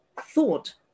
thought